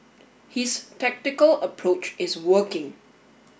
his tactical approach is working